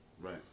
Right